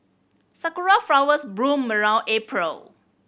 sakura flowers bloom around April